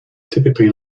typically